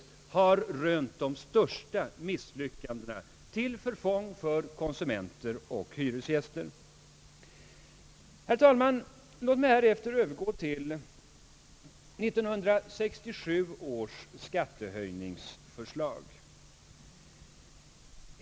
Där har man rönt de största misslyckandena till förfång för konsumenter och hyresgäster. Låt mig, herr talman, härefter övergå till 1967 års skattehöjningsförslag.